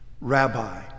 Rabbi